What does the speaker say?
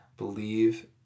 Believe